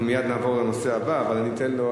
אנחנו מייד נעבור לנושא הבא, אבל אני אתן לו,